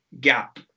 gap